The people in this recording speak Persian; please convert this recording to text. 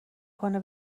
کنه